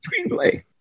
screenplay